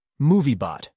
MovieBot